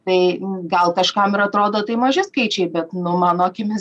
tai gal kažkam ir atrodo tai maži skaičiai bet nu mano akimis